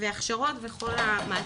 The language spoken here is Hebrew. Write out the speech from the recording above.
הכשרות וכל המעטפת.